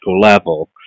level